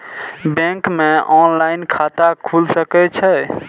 Bank में online खाता खुल सके छे?